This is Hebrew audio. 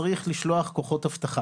צריך לשלוח כוחות אבטחה.